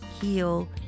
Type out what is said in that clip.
heal